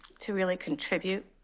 to really contribute.